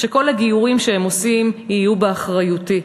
שכל הגיורים שהם עושים יהיו באחריותי.